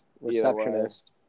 receptionist